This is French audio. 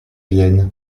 vienne